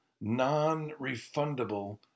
non-refundable